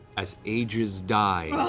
as ages die